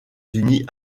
unis